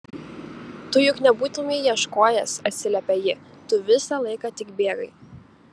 tu juk nebūtumei ieškojęs atsiliepia ji tu visą laiką tik bėgai